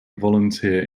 volunteer